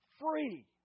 free